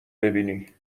ببینی